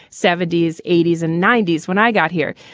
seventy s, eighty s and ninety s when i got here.